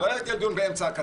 זה לא יגיע לדיון באמצע הקדנציה.